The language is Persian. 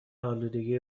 آلودگی